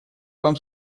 вам